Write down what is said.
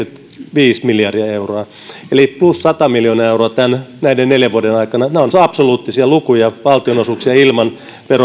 yhdeksänkymmentäviisi miljardia euroa eli plus sata miljoonaa euroa näiden neljän vuoden aikana nämä ovat absoluuttisia lukuja valtionosuuksia ilman